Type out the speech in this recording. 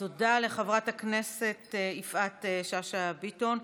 תודה לחברת הכנסת יפעת שאשא ביטון.